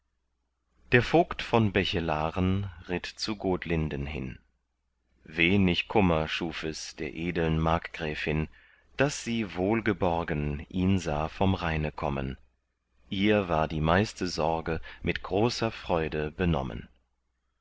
der vogt von bechelaren ritt zu gotlinden hin wenig kummer schuf es der edeln markgräfin daß sie wohl geborgen ihn sah vom rheine kommen ihr war die meiste sorge mit großer freude benommen